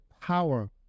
power